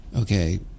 okay